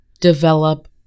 develop